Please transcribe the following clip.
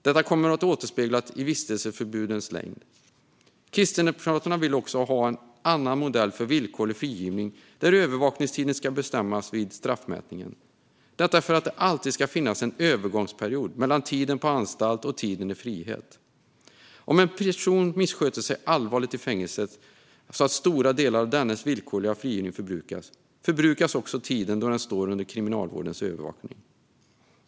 Det ska återspeglas i vistelseförbudens längd. Kristdemokraterna vill också ha en annan modell för villkorlig frigivning, där övervakningstiden ska bestämmas vid straffmätningen. Det ska nämligen alltid finnas en övergångsperiod mellan tiden på anstalt och tiden i frihet. Om en person missköter sig så allvarligt i fängelset att stora delar av dennes villkorliga frigivning förbrukas, förbrukas också tiden som man står under Kriminalvårdens övervakning.